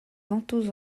vantaux